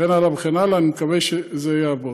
וכן הלאה וכן הלאה, אני מקווה שזה יעבוד.